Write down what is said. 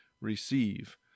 receive